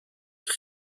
این